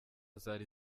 zari